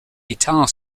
guitar